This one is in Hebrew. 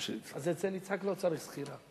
אז אצל יצחק לא צריך זכירה.